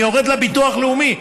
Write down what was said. אני יורד לביטוח לאומי,